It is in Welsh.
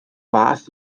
fath